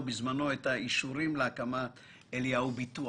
בזמנו את האישורים להקמת "אליהו ביטוח".